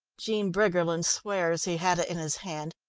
jean briggerland swears he had it in his hand,